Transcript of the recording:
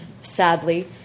sadly